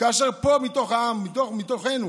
כאשר פה, מתוך העם, מתוכנו,